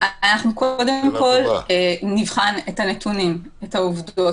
אנחנו קודם כל נבחן את הנתונים, את העובדות,